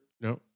no